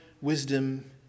wisdom